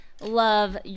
love